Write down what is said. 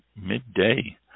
midday